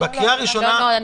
ואנחנו לא פותחים את זה.